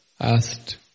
asked